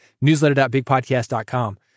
newsletter.bigpodcast.com